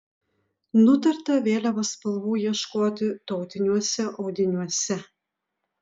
nutarta vėliavos spalvų ieškoti tautiniuose audiniuose